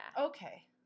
Okay